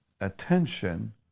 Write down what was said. attention